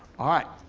alright.